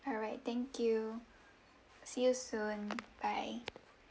alright thank you see you soon bye